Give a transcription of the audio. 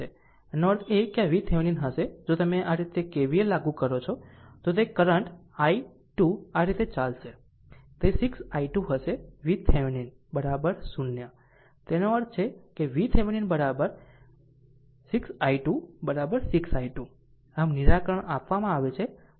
આમ તેનો અર્થ એ કે VThevenin હશે જો તમે આ રીતે KVL લાગુ કરો છો તો તે કરંટ આઇ 2 આ રીતે ચાલશે તે 6 i2 હશે વીતેવેનિન 0 તેનો અર્થ છે વીવેવેનિન 6 i2 6 i2 આમ નિરાકરણ આપવામાં આવે છે